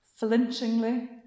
Flinchingly